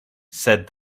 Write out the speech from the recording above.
said